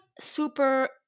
super